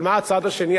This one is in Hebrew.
אבל מה הצד השני?